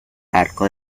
arco